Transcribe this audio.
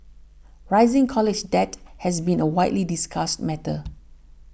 rising college debt has been a widely discussed matter